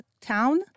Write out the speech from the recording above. town